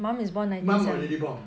mum already born